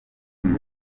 numva